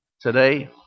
today